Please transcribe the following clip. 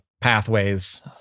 pathways